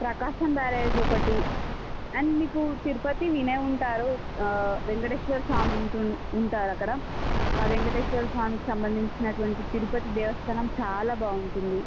ప్రకాశం barrage ఒకటి and మీకు తిరుపతి వినే ఉంటారు ఆ వెంటేశ్వర స్వామి ఉంటారు అక్కడ ఆ వెంటేశ్వర స్వామికి సంబంధించినటువంటి తిరుపతి దేవస్థానం చాలా బాగుంటుంది